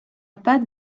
pas